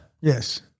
Yes